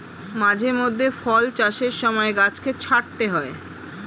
মাঝে মধ্যে ফল চাষের সময় গাছকে ছাঁটতে হয়